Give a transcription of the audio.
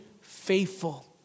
faithful